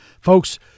folks